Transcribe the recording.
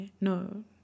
no